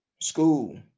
School